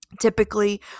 Typically